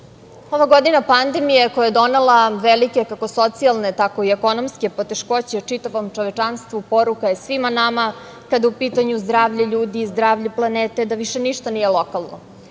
godina pandemije koja je donela velike kako socijalne, tako i ekonomske poteškoće čitavom čovečanstvu, poruka je svima nama kada je u pitanju zdravlje ljudi i zdravlje planete da više ništa nije lokalno.